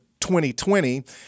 2020